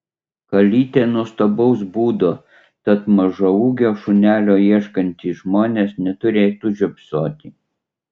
kalytė nuostabaus būdo tad mažaūgio šunelio ieškantys žmonės neturėtų žiopsoti